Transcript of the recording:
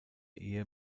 ehe